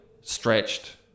stretched